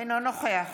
אינו נוכח